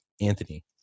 Anthony